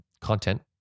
content